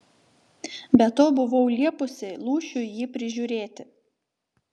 be to buvau liepusi lūšiui jį prižiūrėti